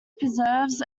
preserves